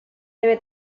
debe